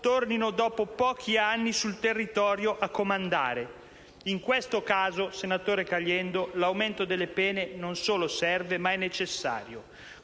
tornino dopo pochi anni sul territorio a comandare. In questo caso, senatore Caliendo, l'aumento delle pene non solo serve, ma è necessario.